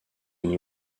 nos